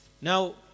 now